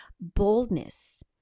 boldness